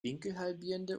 winkelhalbierende